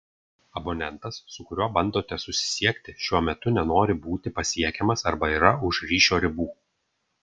abonentas su kuriuo bandote susisiekti šiuo metu nenori būti pasiekiamas arba yra už ryšio ribų